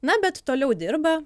na bet toliau dirba